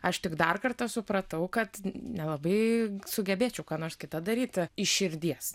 aš tik dar kartą supratau kad nelabai sugebėčiau ką nors kita daryti iš širdies